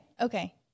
Okay